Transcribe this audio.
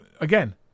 Again